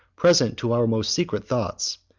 present to our most secret thoughts,